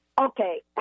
Okay